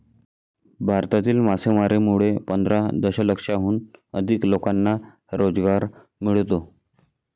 भारतातील मासेमारीमुळे पंधरा दशलक्षाहून अधिक लोकांना रोजगार मिळतो